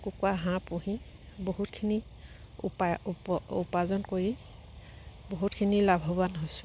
কুকুৱা হাঁহ পুহি বহুতখিনি উপায় উপাৰ্জন কৰি বহুতখিনি লাভৱান হৈছোঁ